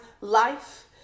life